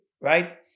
Right